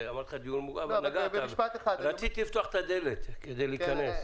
דיון אבל רציתי לפתוח את הדלת כדי להיכנס.